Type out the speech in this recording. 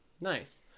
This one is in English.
Nice